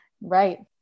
Right